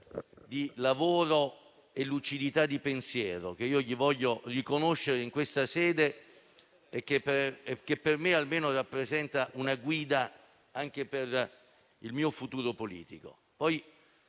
nella sua lucidità di pensiero, che gli voglio riconoscere in questa sede e che, almeno per me, rappresentano una guida anche per il mio futuro politico.